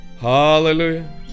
hallelujah